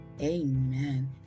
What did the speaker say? Amen